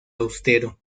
austero